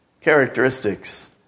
characteristics